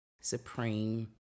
supreme